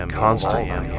constantly